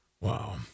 Wow